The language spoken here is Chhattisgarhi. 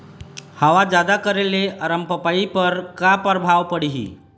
हवा जादा करे ले अरमपपई पर का परभाव पड़िही?